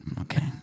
okay